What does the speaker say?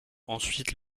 ensuite